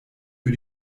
für